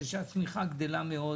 זה שהצמיחה גדלה מאוד